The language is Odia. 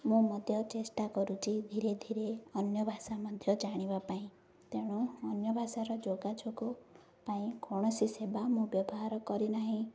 ମୁଁ ମଧ୍ୟ ଚେଷ୍ଟା କରୁଛି ଧୀରେ ଧୀରେ ଅନ୍ୟ ଭାଷା ମଧ୍ୟ ଜାଣିବା ପାଇଁ ତେଣୁ ଅନ୍ୟ ଭାଷାର ଯୋଗାଯୋଗ ପାଇଁ କୌଣସି ସେବା ମୁଁ ବ୍ୟବହାର କରିନାହିଁ